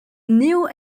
néo